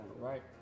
Right